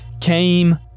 came